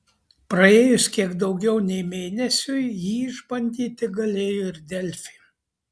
praėjus kiek daugiau nei mėnesiui jį išbandyti galėjo ir delfi